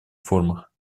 формах